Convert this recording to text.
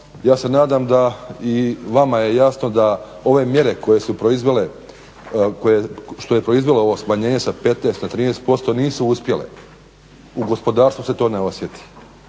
ja se nadam da i vama je jasno da ove mjere koje su proizvele, što je proizvelo ovo smanjenje sa 15 na 13% nisu uspjele, u gospodarstvu se to ne osjeti,